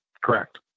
Correct